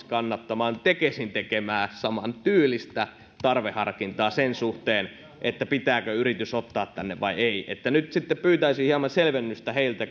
kannattamaan tekesin tekemää samantyylistä tarveharkintaa sen suhteen pitääkö yritys ottaa tänne vai ei nyt sitten pyytäisin hieman selvennystä heiltä